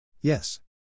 Yes